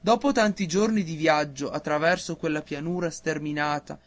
dopo tanti giorni di viaggio a traverso a quella pianura sterminata